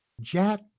Jack